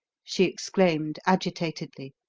she exclaimed agitatedly.